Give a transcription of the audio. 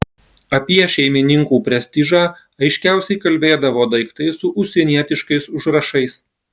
apie šeimininkų prestižą aiškiausiai kalbėdavo daiktai su užsienietiškais užrašais